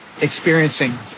experiencing